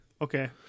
Okay